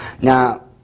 Now